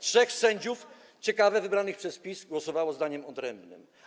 Trzech sędziów, ciekawe, wybranych przez PiS głosowało ze zdaniem odrębnym.